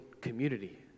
community